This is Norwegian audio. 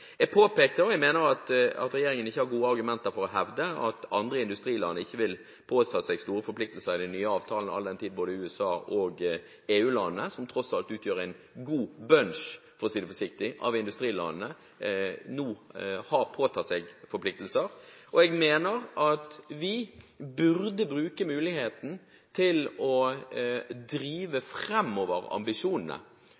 Jeg påpekte, og jeg mener at regjeringen ikke har gode argumenter for å hevde, at andre industriland ikke vil påta seg store forpliktelser i den nye avtalen, all den tid både USA og EU-landene, som tross alt utgjør en god «bunch», for å si det forsiktig, av industrilandene, nå har påtatt seg forpliktelser. Og jeg mener at vi burde bruke muligheten til å drive